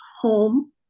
home